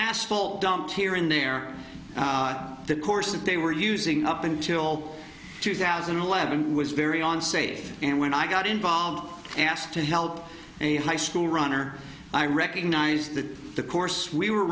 asphalt dumped here and there the course that they were using up until two thousand and eleven was very on save and when i got involved asked to help a high school runner i recognize that the course we were